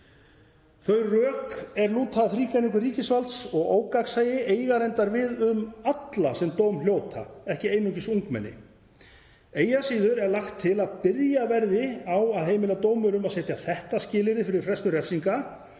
Þau rök er lúta að þrígreiningu ríkisvalds og ógagnsæi eiga reyndar við um alla sem dóm hljóta, ekki einungis ungmenni. Eigi að síður er lagt til að byrjað verði á að heimila dómara að setja þetta skilyrði fyrir frestun refsingar